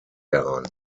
heran